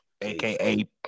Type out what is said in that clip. Aka